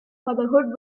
motherhood